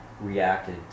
reacted